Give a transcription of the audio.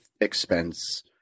expense